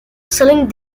selling